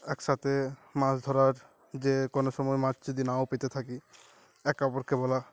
একসাথে মাছ ধরার যে কোনো সময় মাছ যদি নাও পেতে থাকি এক অপরকে বলা